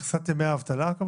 הכוונה למכסת ימי האבטלה?